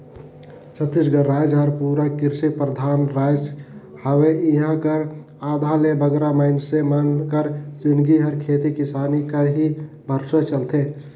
छत्तीसगढ़ राएज हर पूरा किरसी परधान राएज हवे इहां कर आधा ले बगरा मइनसे मन कर जिनगी हर खेती किसानी कर ही भरोसे चलथे